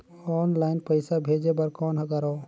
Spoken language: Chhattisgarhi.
ऑनलाइन पईसा भेजे बर कौन करव?